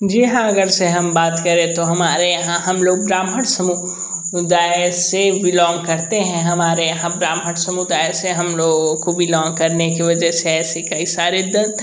जी हाँ अगर से हम बात करें तो हमारे यहाँ हम लोग ब्राह्मण समूह दाय से बिलॉन्ग करते हैं हमारे यहाँ ब्राह्मण समुदाय से हम लोगों को बिलॉन्ग करने की वजह से ऐसी कई सारे दंत